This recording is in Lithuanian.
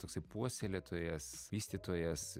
toksai puoselėtojas vystytojas